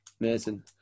amazing